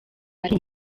ari